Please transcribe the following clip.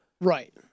Right